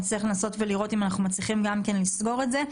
נצטרך לנסות ולראות אם אנחנו מצליחים לסגור את זה,